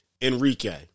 Enrique